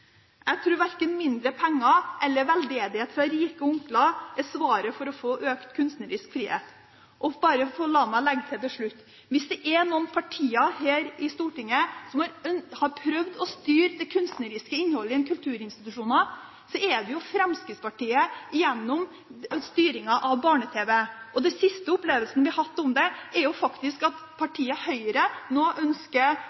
Jeg tror verken mindre penger eller veldedighet fra rike onkler er svaret når det gjelder å få økt kunstnerisk frihet. La meg til slutt få legge til: Om det er noen partier her i Stortinget som har prøvd å styre det kunstneriske innholdet i kulturinstitusjoner, er det jo Fremskrittspartiet, gjennom styringen av barne-tv. Den siste opplevelsen vi har hatt angående dette, er jo at partiet Høyre nå faktisk ønsker at